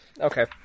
Okay